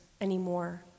anymore